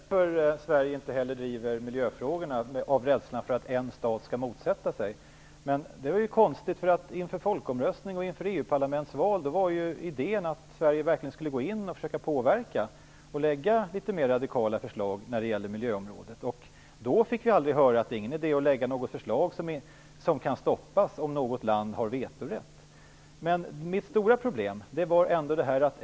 Herr talman! Är det därför som Sverige inte heller driver miljöfrågorna - dvs. av rädsla för att en stat skall sätta sig mot? I så fall är det väl konstigt. Inför folkomröstningen och EU-parlamentsvalet var ju idén att Sverige verkligen skulle gå in och försöka påverka och lägga fram litet radikalare förslag på miljöområdet. Då fick vi aldrig höra att det inte var någon idé att lägga fram förslag som kan stoppas om något land har vetorätt. Mitt stora problem är ändå följande.